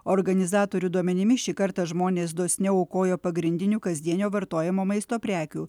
organizatorių duomenimis šį kartą žmonės dosniau aukojo pagrindinių kasdienio vartojimo maisto prekių